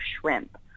shrimp